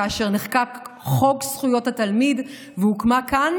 כאשר נחקק חוק זכויות התלמיד והוקמה כאן